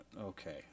Okay